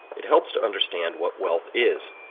it helps to understand what wealth is.